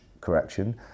correction